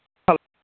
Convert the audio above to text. hello